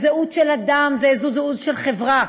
זה זהות של אדם, זה זהות של חברה.